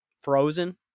Frozen